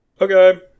Okay